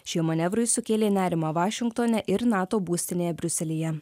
šie manevrai sukėlė nerimą vašingtone ir nato būstinėje briuselyje